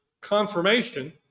confirmation